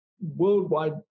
worldwide